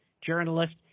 journalist